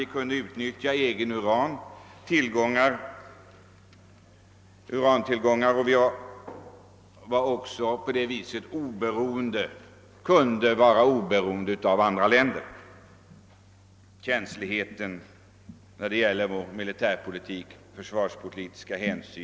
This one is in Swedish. Vi kunde utnyttja egna urantillgångar och därigenom vara oberoende av andra länder, vilket var värdefullt med tanke på känsligheten i vår militärpolitik m.m.